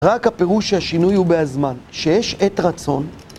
רק הפירוש שהשינוי הוא בהזמן, שיש עת רצון.